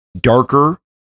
darker